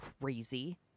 crazy